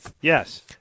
Yes